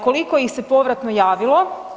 Koliko ih se povratno javilo?